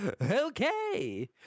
Okay